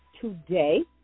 today